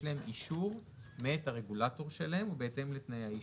להם אישור מאת הרגולטור שלהם ובהתאם לתנאי האישור.